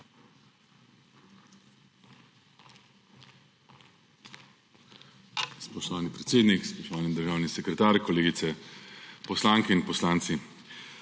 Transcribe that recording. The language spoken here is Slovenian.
Spoštovani predsednik, spoštovani državni sekretar, kolegice poslanke in poslanci!